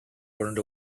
burned